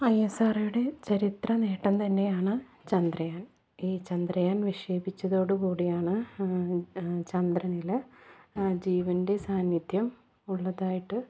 I S ആറോയുടെ ചരിത്ര നേട്ടം തന്നെയാണ് ചന്ദ്രയാൻ ഈ ചന്ദ്രയാൻ വിക്ഷേപിച്ചതോടു കൂടിയാണ് ചന്ദ്രനിൽ ജീവൻ്റെ സാന്നിധ്യം ഉള്ളതായിട്ട്